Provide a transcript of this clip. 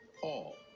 Paul